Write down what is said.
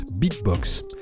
Beatbox